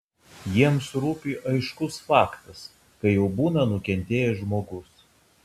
jiems rūpi aiškus faktas kai jau būna nukentėjęs žmogus